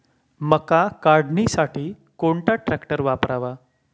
मका काढणीसाठी कोणता ट्रॅक्टर वापरावा?